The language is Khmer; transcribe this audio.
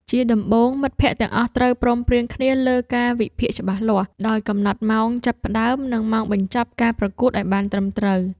ជាដំបូង មិត្តភក្តិទាំងអស់ត្រូវព្រមព្រៀងគ្នាលើកាលវិភាគច្បាស់លាស់ ដោយកំណត់ម៉ោងចាប់ផ្ដើម និងម៉ោងបញ្ចប់ការប្រកួតឱ្យបានត្រឹមត្រូវ។